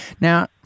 Now